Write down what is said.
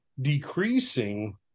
decreasing